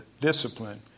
discipline